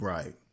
Right